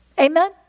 Amen